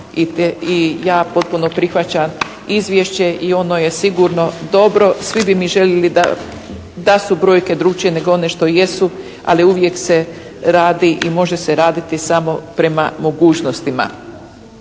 I ja potpuno prihvaćam izvješće i ono je sigurno dobro. Svi bi mi željeli da su brojke drukčije nego one što jesu, ali uvijek se radi i može se raditi samo prema mogućnostima.